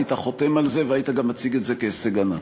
היית חותם על זה והיית גם מציג את זה כהישג ענק.